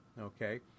Okay